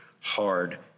hard